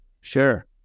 sure